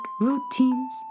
routines